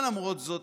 אבל למרות זאת,